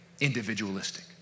individualistic